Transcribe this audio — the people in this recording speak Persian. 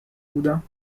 بودم